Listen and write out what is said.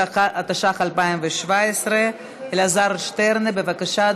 התשע"ח 2017. אלעזר שטרן, בבקשה,